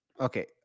Okay